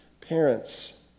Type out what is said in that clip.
parents